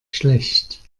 schlecht